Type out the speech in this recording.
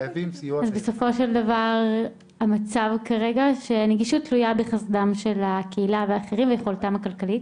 אז בסופו של דבר המצב כרגע שנגישות תלוייה בנדיבותם ויכולתם הכלכלית,